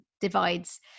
divides